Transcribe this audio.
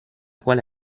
quale